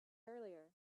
earlier